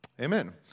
Amen